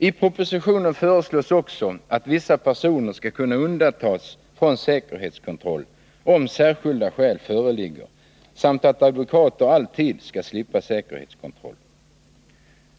I propositionen föreslås också att vissa personer skall kunna undantas från säkerhetskontroll om särskilda skäl föreligger samt att advokater alltid skall slippa säkerhetskontroll.